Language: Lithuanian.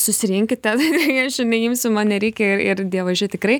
susirinkit ten ir aš i neimsiu man nereikia ir ir dievaži tikrai